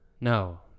No